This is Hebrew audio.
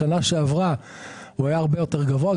בשנה שעברה היה הרבה יותר גבוה,